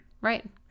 right